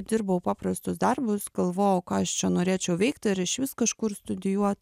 dirbau paprastus darbus galvojau ką aš čia norėčiau veikti ar išvis kažkur studijuot